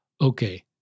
okay